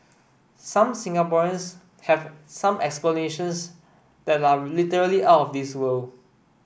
some Singaporeans have some explanations that are literally out of this world